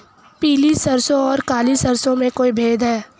पीली सरसों और काली सरसों में कोई भेद है?